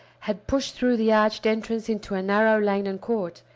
had pushed through the arched entrance into a narrow lane and court,